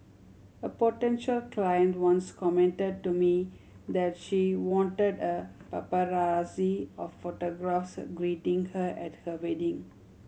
a potential client once commented to me that she wanted a paparazzi of photographers greeting her at her wedding